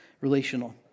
relational